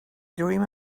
dream